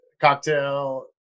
cocktail